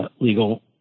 legal